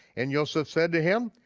and yoseph said to him,